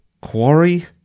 Quarry